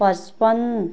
पचपन्न